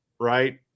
right